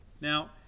Now